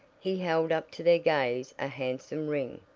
he held up to their gaze a handsome ring!